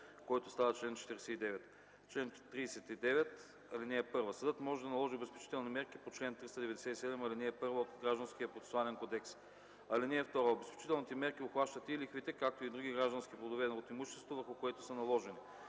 който става чл. 39: „Чл. 39. (1) Съдът може да наложи обезпечителните мерки по чл. 397, ал. 1 от Гражданския процесуален кодекс. (2) Обезпечителните мерки обхващат и лихвите, както и други граждански плодове от имуществото, върху което са наложени.